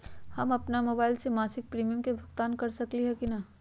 हम अपन मोबाइल से मासिक प्रीमियम के भुगतान कर सकली ह की न?